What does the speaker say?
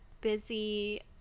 busy